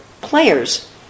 players